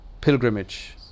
pilgrimage